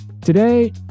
Today